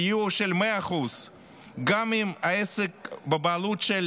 סיוע של 100%. גם אם העסק בבעלות של